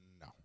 No